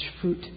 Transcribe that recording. fruit